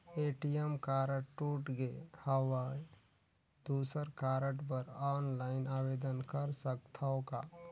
ATM card टूट गे हववं दुसर कारड बर ऑनलाइन आवेदन कर सकथव का?